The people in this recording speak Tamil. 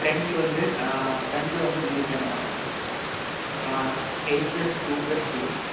ஃப்ரண்ட் வந்து ஃப்ரண்ட்டில் வந்து மூணு camera eight plus two plus two